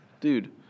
Dude